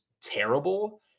terrible